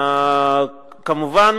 כמובן,